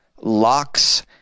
locks